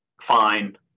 fine